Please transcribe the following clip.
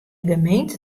gemeente